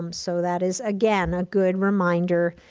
um so that is, again, a good reminder.